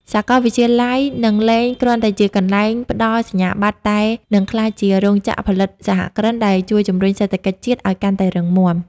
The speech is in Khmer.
សាកលវិទ្យាល័យនឹងលែងគ្រាន់តែជាកន្លែងផ្ដល់សញ្ញាបត្រ តែនឹងក្លាយជា "រោងចក្រផលិតសហគ្រិន" ដែលជួយជម្រុញសេដ្ឋកិច្ចជាតិឱ្យកាន់តែរឹងមាំ។